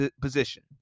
position